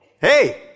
hey